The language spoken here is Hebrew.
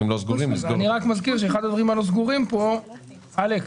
אני רק מזכיר שאחד הדברים הלא סגורים כאן הוא שאלת